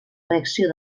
reacció